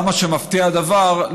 כמה שמפתיע הדבר,